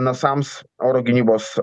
nasams oro gynybos